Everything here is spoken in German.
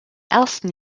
ersten